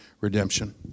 redemption